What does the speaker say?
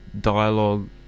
dialogue